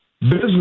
business